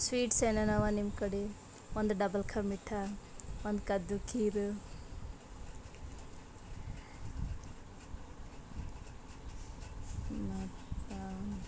sweets ಏನೇನವ ನಿಮ್ಮ ಕಡೆ ಒಂದು ಡಬಲ್ ಖಾ ಮಿಠ್ಠಾ ಒಂದು ಕದ್ದು ಖೀರ್ ಮತ್ತು